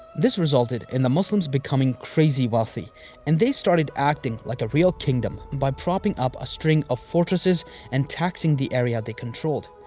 this resulted in the muslims becoming crazy wealthy and they started acting like a real kingdom by propping up a string of fortresses and taxing the area they controlled.